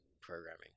programming